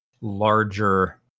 larger